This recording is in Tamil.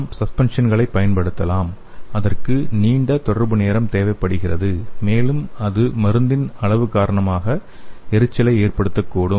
நாம் சஸ்பென்சன்களை பயன்படுத்தலாம் அதற்கு நீண்ட தொடர்பு நேரம் தேவைப்படுகிறது மேலும் இது மருந்தின் துகள் அளவு காரணமாக எரிச்சலை ஏற்படுத்தக்கூடும்